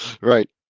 Right